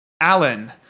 Allen